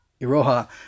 Iroha